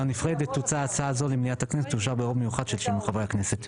--- תוצע הצעה זו למליאת הכנסת שתאושר ברוב מיוחד של 70 חברי הכנסת'.